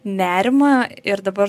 nerimą ir dabar